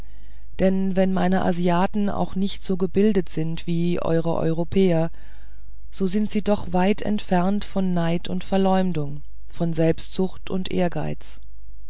denn wenn meine asiaten auch nicht so gebildet sind wie eure europäer so sind sie doch weit entfernt von neid und verleumdung von selbstsucht und ehrgeiz